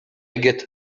get